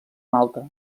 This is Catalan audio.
malta